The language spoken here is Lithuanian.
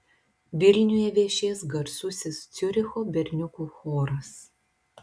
vilniuje viešės garsusis ciuricho berniukų choras